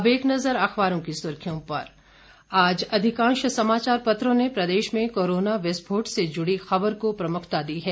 अब एक नज़र अखबारों की सुर्खियों पर आज अधिकांश समाचार पत्रों ने प्रदेश में कोरोना विस्फोट से जुड़ी खबर को प्रमुखता दी है